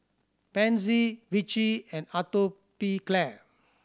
Pansy Vichy and Atopiclair